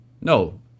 no